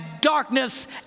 darkness